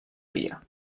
via